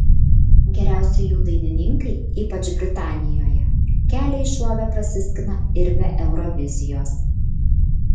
geriausi jų dainininkai ypač britanijoje kelią į šlovę prasiskina ir be eurovizijos